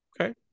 Okay